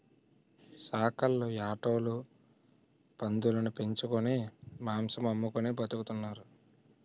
సాకల్లు యాటోలు పందులుని పెంచుకొని మాంసం అమ్ముకొని బతుకుతున్నారు